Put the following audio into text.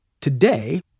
today